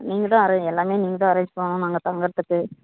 நீங்கள் தான் அரேஞ் எல்லாமே நீங்கள் தான் அரேஞ் பண்ணனும் நாங்கள் தங்குறதுக்கு